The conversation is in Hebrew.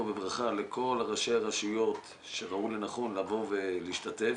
בברכה את כל ראשי הרשויות שראו לנכון לבוא ולהשתתף.